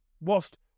whilst